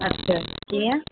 अच्छा कीअं